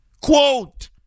Quote